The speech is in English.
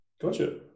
Gotcha